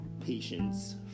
patience